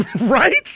right